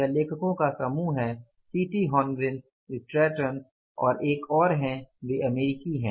यह लेखकों का समूह है सीटी हॉर्न ग्रीन स्ट्रैटन और एक और है वे अमेरिकी हैं